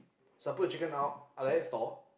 so I put the chicken out I let it thaw